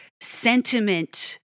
sentiment